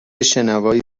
شنوایی